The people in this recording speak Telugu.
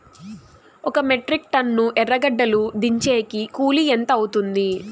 ఒక మెట్రిక్ టన్ను ఎర్రగడ్డలు దించేకి కూలి ఎంత అవుతుంది?